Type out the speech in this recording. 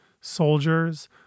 Soldiers